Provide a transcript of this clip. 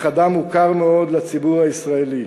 אך אדם מוכר מאוד לציבור הישראלי,